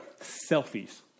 selfies